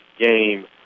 game